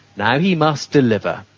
now he must deliver.